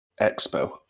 expo